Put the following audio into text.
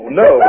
no